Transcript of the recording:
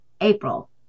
April